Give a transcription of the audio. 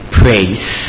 praise